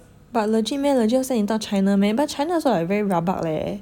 but legit meh legit 要 send 你到 China meh but China also like very rabak leh